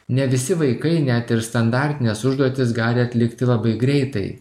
ne visi vaikai net ir standartines užduotis gali atlikti labai greitai